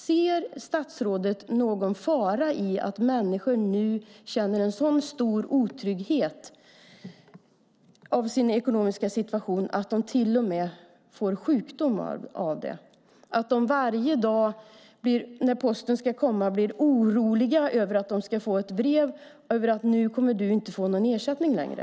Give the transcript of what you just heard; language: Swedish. Ser statsrådet någon fara i att människor nu känner en så stor otrygghet av sin ekonomiska situation att de till och med drabbas av sjukdom av det? Varje dag när posten ska komma är de oroliga för att de ska få ett brev som säger: Nu kommer du inte att få någon ersättning längre.